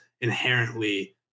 inherently